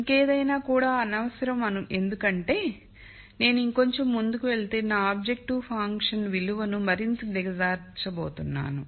ఇంకేదైనా కూడా అనవసరం ఎందుకంటే నేను ఇంకొంచెం ముందుకు వెళితే నా ఆబ్జెక్టివ్ ఫంక్షన్ విలువను మరింత దిగజార్చబోతున్నాను